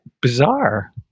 bizarre